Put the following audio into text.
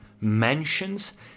mansions